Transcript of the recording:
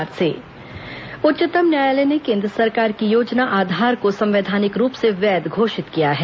supreme court Aadhaar उच्चतम न्यायालय ने केन्द्र सरकार की योजना आधार को संवैधानिक रूप से वैध घोषित किया है